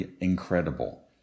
incredible